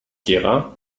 gera